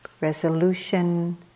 resolution